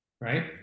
right